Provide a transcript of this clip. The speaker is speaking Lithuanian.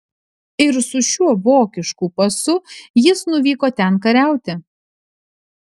ir su šiuo vokišku pasu jis nuvyko ten kariauti